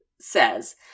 says